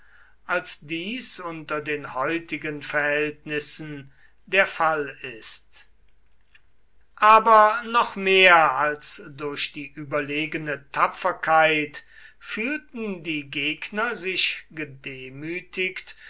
als dies unter den heutigen verhältnissen der fall ist aber noch mehr als durch die überlegene tapferkeit fühlten die gegner sich gedemütigt